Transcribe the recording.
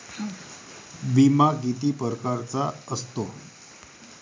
बिमा किती परकारचा असतो?